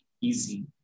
easy